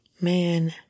Man